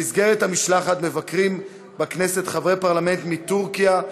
במסגרת המשלחת מבקרים בכנסת חברי פרלמנט מטורקיה,